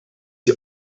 sie